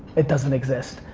it doesn't exist.